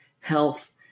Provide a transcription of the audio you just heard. health